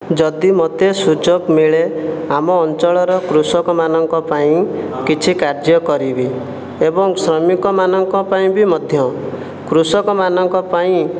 ଯଦି ମତେ ସୁଯୋଗ ମିଳେ ଆମ ଅଞ୍ଚଳର କୃଷକ ମାନଙ୍କ ପାଇଁ କିଛି କାର୍ଯ୍ୟ କରିବି ଏବଂ ଶ୍ରମିକ ମାନଙ୍କ ପାଇଁ ବି ମଧ୍ୟ କୃଷକ ମାନଙ୍କ ପାଇଁ